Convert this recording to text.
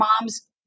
mom's